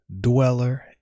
dweller